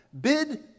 bid